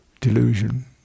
delusion